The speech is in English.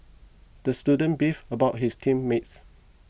the student beefed about his team mates